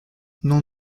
non